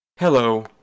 Hello